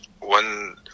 one